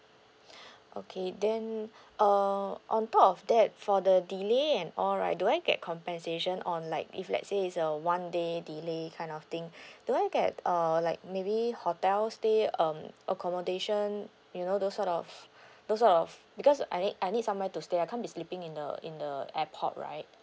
okay then uh on top of that for the delay and all right do I get compensation on like if let's say it's a one day delay kind of thing do I get err like maybe hotel stay um accommodation you know those sort of those sort of because I need I need somewhere to stay I can't be sleeping in the in the airport right